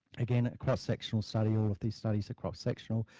again cross sectional study, all of these studies across sectional,